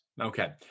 okay